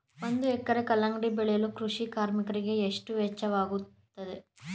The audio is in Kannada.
ಒಂದು ಎಕರೆ ಕಲ್ಲಂಗಡಿ ಬೆಳೆಯಲು ಕೃಷಿ ಕಾರ್ಮಿಕರಿಗೆ ಎಷ್ಟು ವೆಚ್ಚವಾಗುತ್ತದೆ?